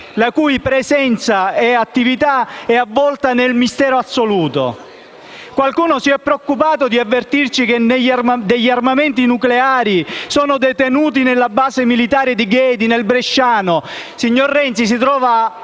la cui presenza e attività sono avvolte nel mistero assoluto. Qualcuno si è preoccupato di avvertirci che degli armamenti nucleari sono detenuti nella base militare di Ghedi nel bresciano, signor Renzi, che si trova